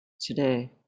today